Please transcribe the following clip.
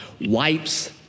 wipes